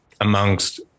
Amongst